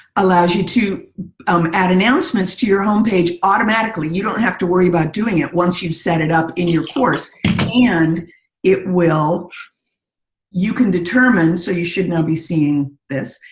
allows you to um add announcements to you home page automatically, you don't have to worry about doing it once you've set it up in your course and it will you can determine so you should not be seeing this.